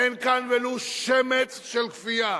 אין כאן ולו שמץ של כפייה.